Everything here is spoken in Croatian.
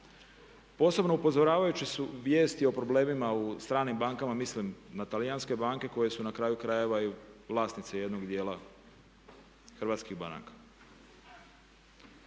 Posebno upozoravajući vijesti o problemima u stranim bankama, mislim na talijanske banke koje su na kraju krajeva i vlasnici jednog dijela hrvatskih banaka.